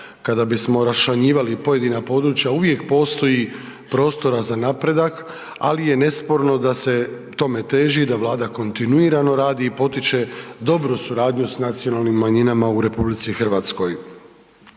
kada bismo raščlanjivali pojedina područja uvijek postoji prostora za napredak, ali je nesporno da se tome teži, da Vlada kontinuirano radi i potiče dobru suradnju s nacionalnim manjinama u RH. U cilju tog